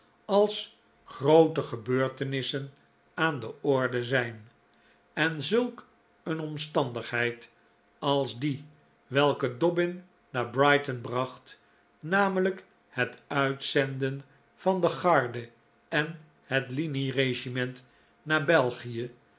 als groote gebeurtenissen aan de orde zijn en zulk een omstandigheid als die welke dobbin naar brighton bracht namelijk het uitzenden van de garde en het linie-regiment naar belgie